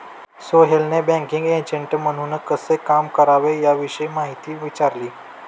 सोहेलने banking agent म्हणून कसे काम करावे याविषयी माहिती विचारली